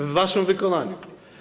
W waszym wykonaniu.